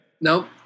Nope